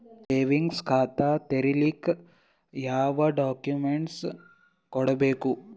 Savings ಖಾತಾ ತೇರಿಲಿಕ ಯಾವ ಡಾಕ್ಯುಮೆಂಟ್ ಕೊಡಬೇಕು?